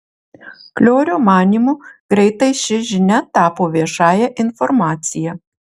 kliorio manymu greitai ši žinia tapo viešąja informacija